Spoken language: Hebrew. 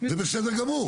זה בסדר גמור.